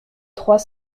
trois